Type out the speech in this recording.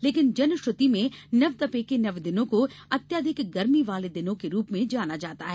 लेकिन जनश्रति में नवतपे के नव दिनों को अत्यधिक गर्मी वाले दिनों के रूप में जाना जाता है